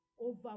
over